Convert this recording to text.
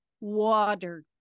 water